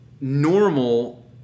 normal